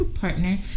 partner